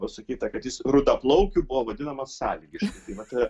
pasakyta kad jis rudaplaukiu buvo vadinamas sąlygiškai vat